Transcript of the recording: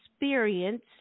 experience